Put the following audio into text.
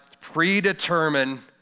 predetermine